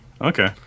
Okay